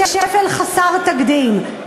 לשפל חסר תקדים.